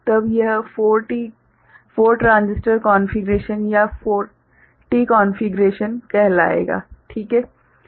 तब वह 4T configuration या 4 ट्रांजिस्टर कॉन्फ़िगरेशन कहलाएगा ठीक है